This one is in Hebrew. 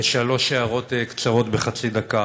שלוש הערות קצרות בחצי דקה.